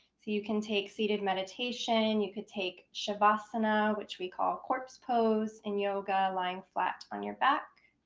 so you can take seated meditation, you could take shavasana, which we call corpse pose in yoga, lying flat on your back.